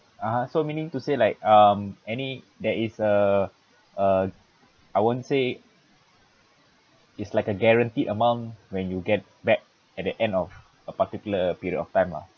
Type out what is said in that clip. (uh huh) so meaning to say like um any there is a a I won't say it's like a guaranteed amount when you get back at the end of a particular period of time lah